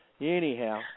Anyhow